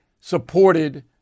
supported